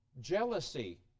Jealousy